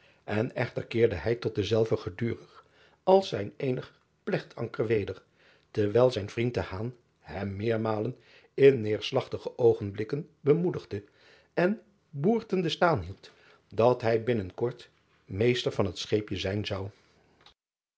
en echter keerde hij tot denzelven gedurig als zijn eenig plegtanker weder terwijl zijn vriend hem meermalen in neerslagtige oogenblikken bemoedigde en boertende staande hield dat hij binnen kort meester van het scheepje zijn zou